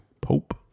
Pope